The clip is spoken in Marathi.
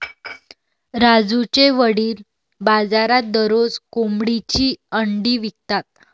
राजूचे वडील बाजारात दररोज कोंबडीची अंडी विकतात